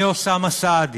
מאוסאמה סעדי